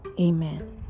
amen